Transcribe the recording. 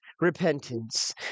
repentance